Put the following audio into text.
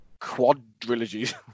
quadrilogies